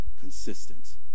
consistent